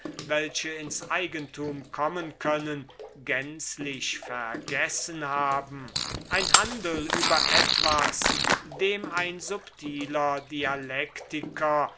welche ins eigentum kommen können gänzlich vergessen zu haben scheinen ein handel über etwas dem ein subtiler dialektiker